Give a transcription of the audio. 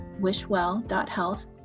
wishwell.health